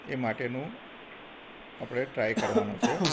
એ માટેનું આપડે ટ્રાય કરવાનો છે